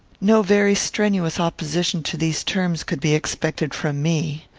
no very strenuous opposition to these terms could be expected from me.